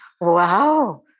Wow